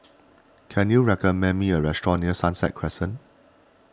can you recommend me a restaurant near Sunset Crescent